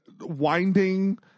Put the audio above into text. winding